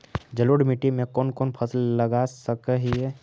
जलोढ़ मिट्टी में कौन कौन फसल लगा सक हिय?